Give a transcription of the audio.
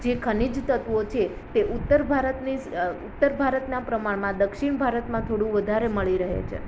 જે ખનીજ તત્વો છે તે ઉત્તર ભારતની ઉત્તર ભારતના પ્રમાણમાં દક્ષિણ ભારતમાં થોંડું વધારે મળી રહે છે